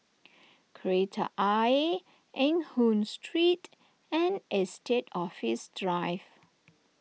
Kreta Ayer Eng Hoon Street and Estate Office Drive